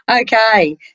Okay